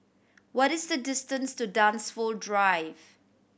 what is the distance to Dunsfold Drive